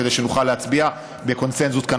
כדי שנוכל להצביע בקונסנזוס כאן,